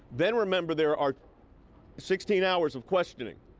then remember, there are sixteen hours of questioning.